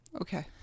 Okay